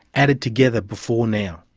added together before now.